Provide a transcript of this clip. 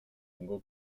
ingo